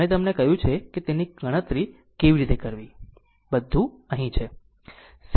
મેં તમને કહ્યું છે કે તેની ગણતરી કેવી રીતે કરવી બધું અહીં છે